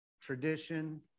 tradition